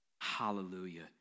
Hallelujah